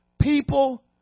People